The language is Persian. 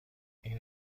این